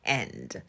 end